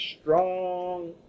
strong